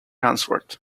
answered